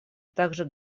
также